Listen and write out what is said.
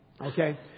Okay